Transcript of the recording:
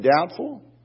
doubtful